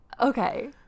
okay